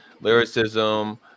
lyricism